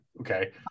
okay